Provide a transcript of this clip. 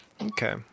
Okay